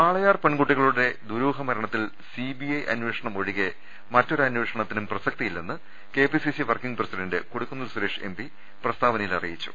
വാളയാർ പെൺകുട്ടികളുടെ ദുരൂഹ മരണത്തിൽ സിബിഐ അന്വേഷണം ഒഴികെ മറ്റൊരന്വേഷണത്തിനും പ്രസക്തിയില്ലെന്ന് KPCC working president Kodikunnil Suresh MP പ്രസ്താവനയിൽ അറിയിച്ചു